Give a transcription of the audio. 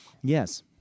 Yes